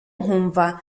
nkumva